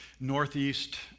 northeast